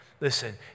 Listen